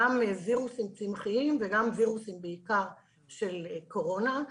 גם ווירוסים צמחיים וגם ווירוסים שהם בעיקר של קורונה.